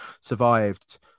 survived